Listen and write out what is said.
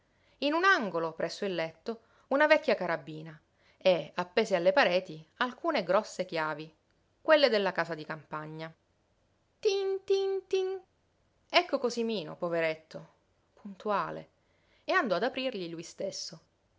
in un angolo presso il letto una vecchia carabina e appese alle pareti alcune grosse chiavi quelle della casa di campagna tin tin tin ecco cosimino poveretto puntuale e andò ad aprirgli lui stesso